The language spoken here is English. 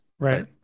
Right